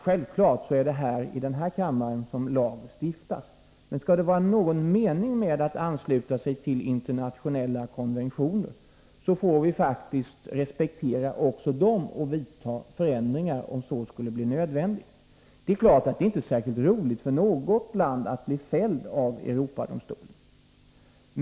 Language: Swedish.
Självfallet är det här i kammaren som lag stiftas, herr talman. Men skall det vara någon mening med att ansluta sig till internationella konventioner får vi faktiskt respektera också dem och företa förändringar om så skulle bli nödvändigt. Det är klart att det inte är särskilt roligt för något land att bli fällt av Europadomstolen.